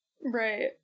Right